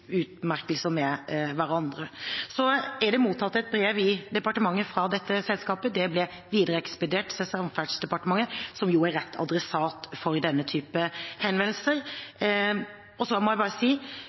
høfligheter med hverandre. Det er i departementet mottatt et brev fra dette selskapet. Det ble videreekspedert til Samferdselsdepartementet, som er rett adressat for denne typen henvendelser.